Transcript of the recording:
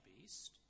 beast